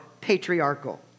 patriarchal